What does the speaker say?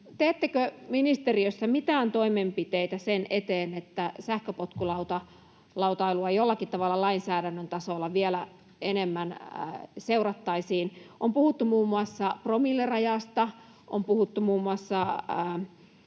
Teettekö ministeriössä mitään toimenpiteitä sen eteen, että sähköpotkulautailua jollakin tavalla lainsäädännön tasolla vielä enemmän seurattaisiin? On puhuttu muun muassa promillerajasta, on puhuttu muun muassa